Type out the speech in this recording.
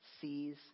sees